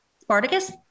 Spartacus